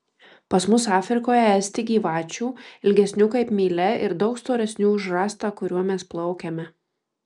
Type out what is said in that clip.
pas mus afrikoje esti gyvačių ilgesnių kaip mylia ir daug storesnių už rąstą kuriuo mes plaukiame